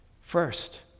First